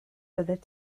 byddet